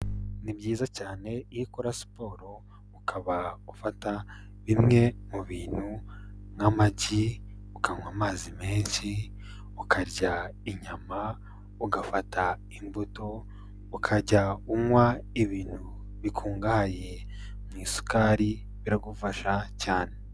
Ni byiza cyane iyo ukora siporo ukaba ufata bimwe mu bintu nk'amagi, ukanywa amazi menshi, ukarya inyama, ugafata imbuto, ukajya unywa ibintu bikungahaye mu isukari biragufasha cyane.